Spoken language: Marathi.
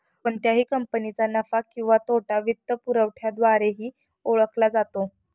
कोणत्याही कंपनीचा नफा किंवा तोटा वित्तपुरवठ्याद्वारेही ओळखला जातो